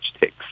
takes